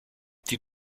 die